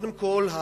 קודם כול,